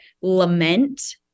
lament